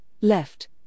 left